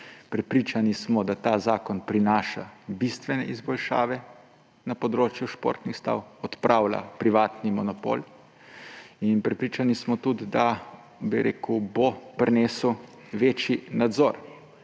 Prepričani smo, da ta zakon prinaša bistvene izboljšave na področju športnih stav, odpravlja privatni monopol. In prepričani smo tudi, da bo prinesel večji nadzor,